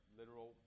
literal